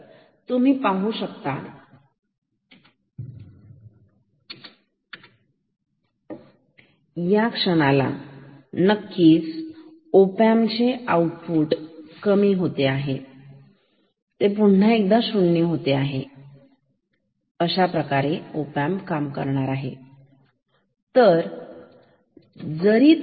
तर तुम्ही पाहू शकता या क्षणाला नक्कीच ओपॅम्प चे आउटपुट कमी होत आहे आणि ते पुन्हा एकदा शुन्य होत आहे अशाप्रकारे ओपॅम्प काम करणार आहे